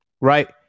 right